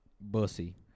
Bussy